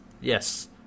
Yes